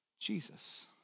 Jesus